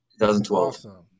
2012